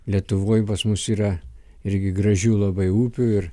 lietuvoj pas mus yra irgi gražių labai upių ir